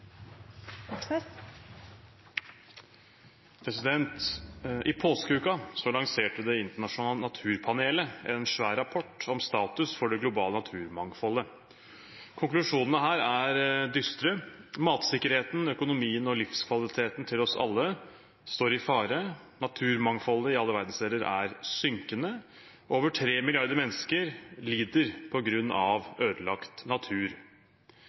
hovedspørsmål. I påskeuken lanserte Det internasjonale naturpanelet en svær rapport om status for det globale naturmangfoldet. Konklusjonene her er dystre: Matsikkerheten, økonomien og livskvaliteten for oss alle står i fare. Naturmangfoldet i alle verdensdelene er synkende. Over tre milliarder mennesker lider på grunn av ødelagt natur.